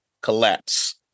collapse